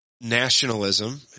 nationalism